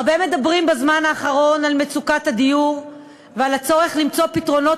הרבה מדברים בזמן האחרון על מצוקת הדיור ועל הצורך למצוא פתרונות